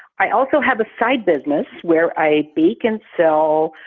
i also have a side business where i bake and sell